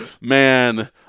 man